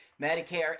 Medicare